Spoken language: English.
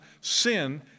sin